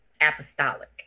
apostolic